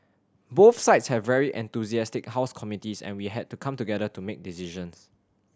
both sides have very enthusiastic house committees and we had to come together to make decisions